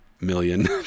million